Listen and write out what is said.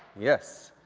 yes,